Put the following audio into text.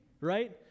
right